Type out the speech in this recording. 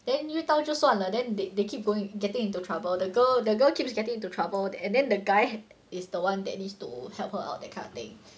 then 遇到就算了 then they they keep going getting into trouble the girl the girl keeps getting into trouble and then the guy is the one that needs to help her out that kind of thing